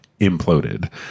imploded